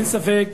אין ספק,